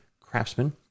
craftsman